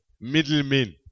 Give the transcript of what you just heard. middlemen